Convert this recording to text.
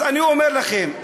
אז אני אומר לכם,